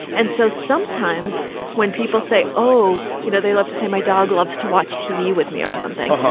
and so sometimes when people say, oh, you know, they love to say, my dog loves to watch tv with me or something.